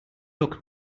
look